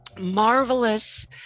marvelous